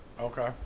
Okay